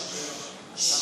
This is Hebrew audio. לחוק-יסוד: